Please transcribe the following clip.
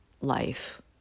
life